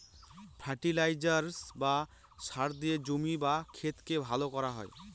fertiliser বা সার দিয়ে জমির বা ক্ষেতকে ভালো করা হয়